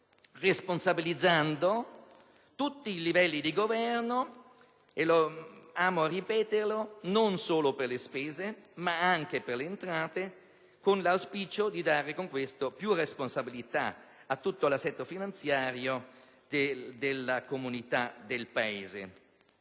responsabilizzando tutti i livelli di governo - amo ripeterlo - non solo per le spese, ma anche per le entrate, con l'auspicio di dare con ciò più responsabilità a tutto l'assetto finanziario del Paese,